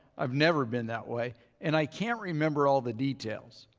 i've never been that way and i can't remember all the details,